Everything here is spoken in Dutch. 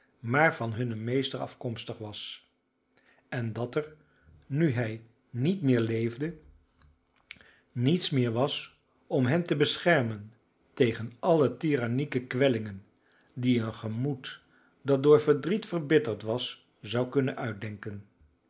maar van hunnen meester afkomstig was en dat er nu hij niet meer leefde niets meer was om hen te beschermen tegen alle tirannieke kwellingen die een gemoed dat door verdriet verbitterd was zou kunnen uitdenken